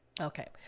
Okay